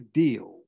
deal